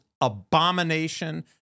abomination